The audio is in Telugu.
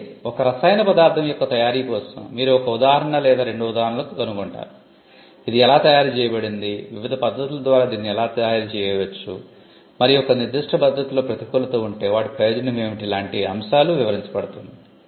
అయితే ఒక రసాయన పదార్ధం యొక్క తయారీ కోసం మీరు ఒక ఉదాహరణ లేదా 2 ఉదాహరణలు కనుగొంటారు ఇది ఎలా తయారు చేయబడింది వివిధ పద్ధతుల ద్వారా దీనిని ఎలా తయారు చేయవచ్చు మరియు ఒక నిర్దిష్ట పద్ధతిలో ప్రతికూలత ఉంటే వాటి ప్రయోజనం ఏమిటి లాంటి అంశాలు వివరించబడుతుంది